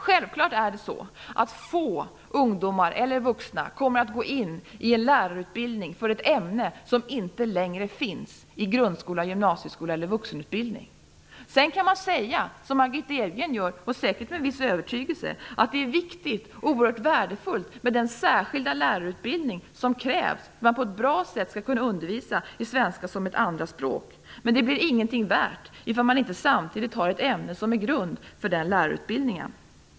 Självklart kommer få ungdomar eller vuxna att gå in i en lärarutbildning för ett ämne som inte längre finns i grundskola, gymnasieskola eller vuxenutbildning. Sedan kan man säga, som Margitta Edgren gör - säkert med en viss övertygelse - att det är viktigt och värdefullt med den särskilda lärarutbildning som krävs för att man på ett bra sätt skall kunna undervisa i svenska som andraspråk. Men det blir ingenting värt om man inte samtidigt har ett ämne som grund för den lärarutbildningen.